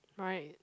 right